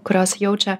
kurios jaučia